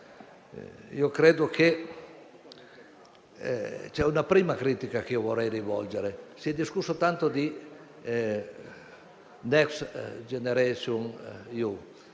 efficaci. C'è una prima critica che vorrei rivolgere. Si è discusso tanto di Next generation EU,